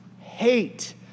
hate